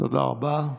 תודה רבה.